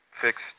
fixed